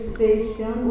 Station